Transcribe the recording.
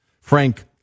Frank